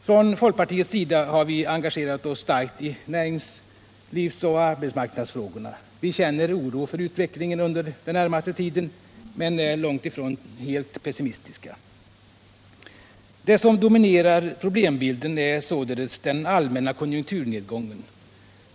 Från folkpartiets sida har vi engagerat oss starkt i näringslivsoch arbetsmarknadsfrågorna. Vi känner oro för utvecklingen under den närmaste tiden men ärlångt ifrån helt pessimistiska. Det som dominerar problembilden är således den allmänna konjunkturnedgången.